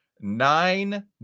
nine